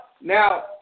Now